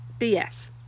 BS